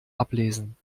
ablesen